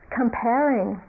comparing